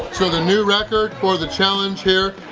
so the new record for the challenge here!